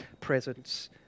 presence